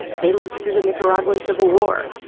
they lived through the nicaraguan civil war.